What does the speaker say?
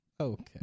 Okay